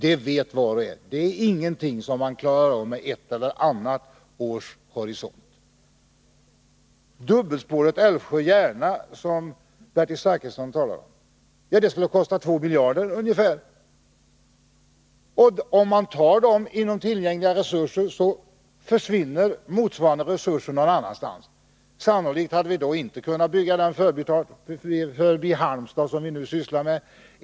Det vet var och en att det är ingenting som man klarar av med ett eller annat års horisont. Dubbelspåret Älvsjö-Järna, som Bertil Zachrisson talar om, skulle kosta ungefär 2 miljarder. Om man tar de pengarna av tillgängliga resurser, försvinner motsvarande resurser någon annanstans. Sannolikt hade vi då inte kunnat bygga den förbifart vid Halmstad som vi nu sysslar med.